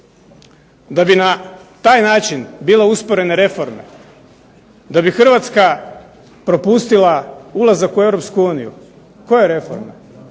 da bi na taj način bile usporene reforme, da bi Hrvatska propustila ulazak u Europsku uniju, koje reforme?